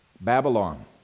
Babylon